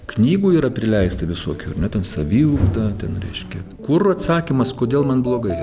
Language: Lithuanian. knygų yra prileista visokių ar ne ten saviugda ten reiškia kur atsakymas kodėl man blogai